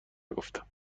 نگفتم